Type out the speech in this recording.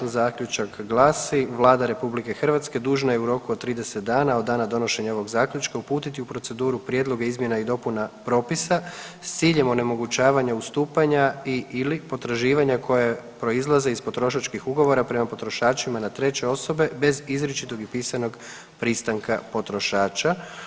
Zaključak glasi, Vlada RH dužna je u roku od 30 dana od dana donošenja ovog zaključka uputiti u proceduru prijedloge izmjena i dopuna propisa s ciljem onemogućavanja ustupanja i/ili potraživanja koja proizlaze iz potrošačkih ugovora prema potrošačima na treće osobe bez izričitog i pisanog pristanka potrošača.